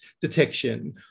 detection